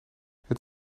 het